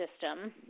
system